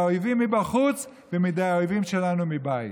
האויבים מבחוץ ומידי האויבים שלנו מבית.